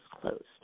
closed